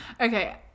okay